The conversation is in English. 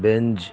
Benz